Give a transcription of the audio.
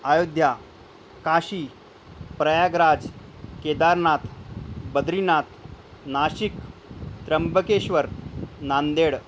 Ayodhya Kashi Prayagraj Kedarnath Badrinath Nashik Trimbakeshwar Nanded